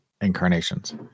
incarnations